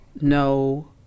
no